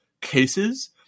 cases